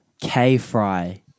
K-fry